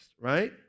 Right